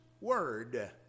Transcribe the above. Word